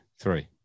three